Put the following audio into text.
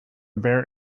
bear